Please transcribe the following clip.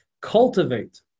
cultivate